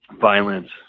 violence